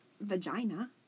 vagina